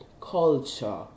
culture